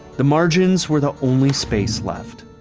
the margins were the only space left.